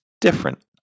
different